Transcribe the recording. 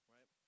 Right